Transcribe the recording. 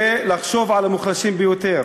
ולחשוב על המוחלשים ביותר,